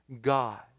God